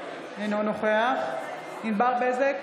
אינו נוכח ענבר בזק,